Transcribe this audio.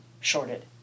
shorted